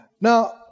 Now